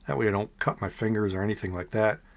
that way i don't cut my fingers or anything like that.